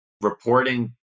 reporting